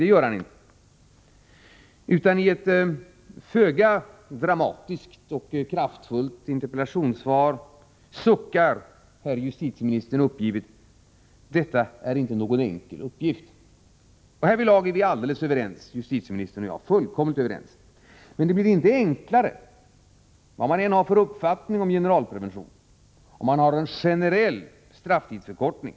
Det gör han inte, utan i ett föga dramatiskt och föga kraftfullt interpellationssvar suckar herr justitieministern uppgivet: Detta är inte någon enkel uppgift. Och härvidlag är justitieministern och jag helt överens — fullkomligt överens! Men det blir inte enklare — vad man än har för uppfattning om generalprevention — ifall man tillämpar en generell strafftidsförkortning.